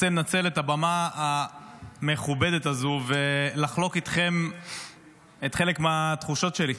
רוצה לנצל את הבמה המכובדת הזו ולחלוק איתכם חלק מהתחושות שלי,